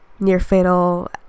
near-fatal